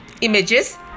images